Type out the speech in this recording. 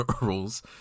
rules